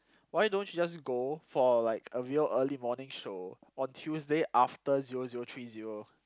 why don't you just go for like a real early morning show on Tuesday after zero zero three zero